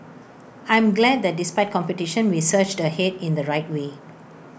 I'm glad that despite competition we surged ahead in the right way